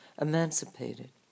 emancipated